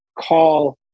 call